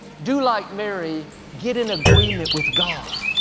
do like mary, get in agreement with god.